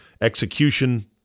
execution